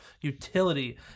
utility